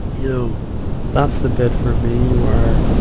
you that's the bit for me, where,